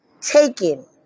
taken